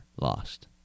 lost